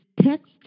text